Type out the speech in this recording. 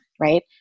right